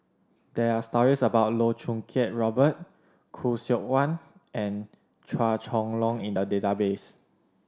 there are stories about Loh Choo Kiat Robert Khoo Seok Wan and Chua Chong Long in the database